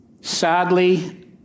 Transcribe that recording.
Sadly